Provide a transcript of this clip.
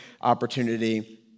opportunity